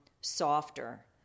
softer